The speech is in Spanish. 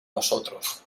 nosotros